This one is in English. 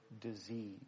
disease